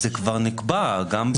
זה כבר נקבע, גם בעולם.